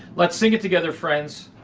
let's sing it together, friends.